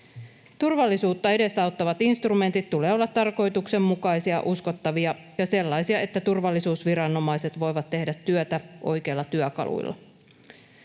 Turvallisuutta edesauttavien instrumenttien tulee olla tarkoituksenmukaisia, uskottavia ja sellaisia, että turvallisuusviranomaiset voivat tehdä työtä oikeilla työkaluilla.